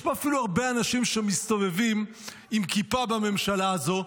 יש אפילו הרבה אנשים שמסתובבים עם כיפה בממשלה הזו,